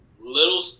little